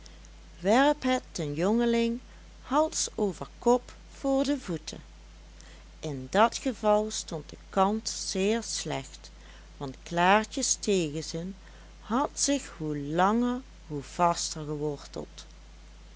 het den jongeling hals over kop voor de voeten in dat geval stond de kans zeer slecht want klaartjes tegenzin had zich hoe langer hoe vaster geworteld